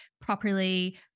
properly